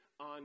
on